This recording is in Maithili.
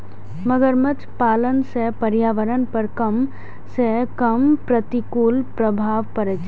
मगरमच्छ पालन सं पर्यावरण पर कम सं कम प्रतिकूल प्रभाव पड़ै छै